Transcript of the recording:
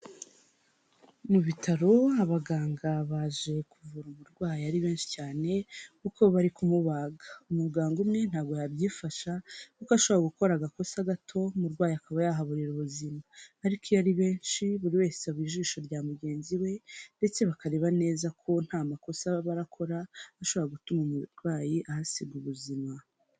Mu bitaro abaganga baje kuvura umurwayi ari benshi cyane kuko bari kumubaga, umuganga umwe ntago yabyifasha kuko ashobora gukora agakosa gato umurwayi akaba yahaburira ubuzima ariko iyo ari benshi buri wese aba ijisho rya mugenzi we ndetse bakareba neza ko nta makosa barakora ashobora gutuma umurwayi ahasiga ubuzima.